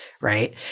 right